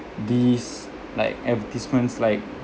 these like advertisements like